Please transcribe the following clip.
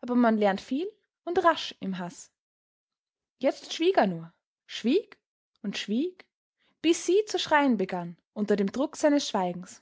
aber man lernt viel und rasch im haß jetzt schwieg er nur schwieg und schwieg bis sie zu schreien begann unter dem druck seines schweigens